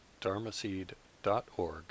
dharmaseed.org